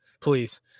please